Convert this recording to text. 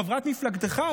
חברת מפלגתך,